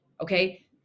Okay